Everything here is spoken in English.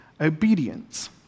obedience